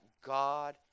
God